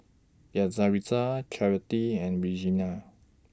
Yaritza Charity and Regenia